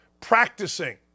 practicing